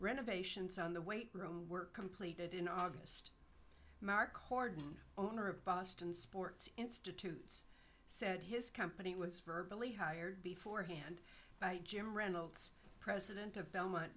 renovations on the weight room were completed in august mark horton owner of boston sports institute's said his company was virtually hired before hand by jim reynolds president of belmont